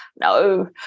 no